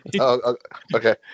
Okay